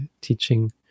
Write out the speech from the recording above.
teaching